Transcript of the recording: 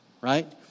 Right